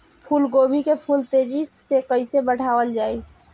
फूल गोभी के फूल तेजी से कइसे बढ़ावल जाई?